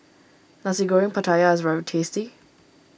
Nasi Goreng Pattaya is very tasty